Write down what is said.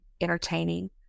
entertaining